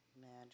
Magic